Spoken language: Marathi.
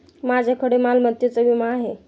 माझ्याकडे मालमत्तेचा विमा आहे